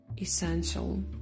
essential